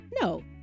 no